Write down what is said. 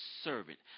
servant